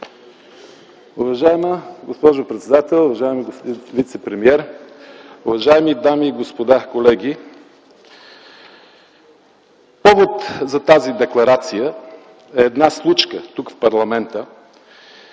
Уважаема госпожо председател, уважаеми господин вицепремиер, уважаеми дами и господа, колеги! Повод за тази декларация е една случка тук, в парламента.